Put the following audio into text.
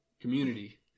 community